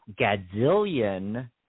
gazillion